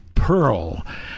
pearl